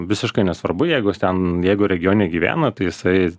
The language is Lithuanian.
visiškai nesvarbu jeigu jis ten jeigu regione gyvena tai jisai